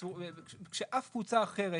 כשאף קבוצה אחרת